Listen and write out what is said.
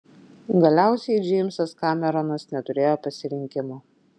galiausiai džeimsas kameronas neturėjo pasirinkimo